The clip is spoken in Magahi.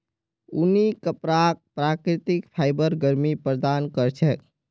ऊनी कपराक प्राकृतिक फाइबर गर्मी प्रदान कर छेक